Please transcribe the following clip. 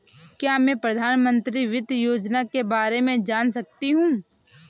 क्या मैं प्रधानमंत्री वित्त योजना के बारे में जान सकती हूँ?